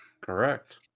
Correct